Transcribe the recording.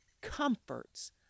comforts